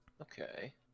Okay